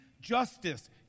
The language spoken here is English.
justice